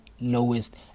lowest